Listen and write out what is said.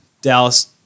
Dallas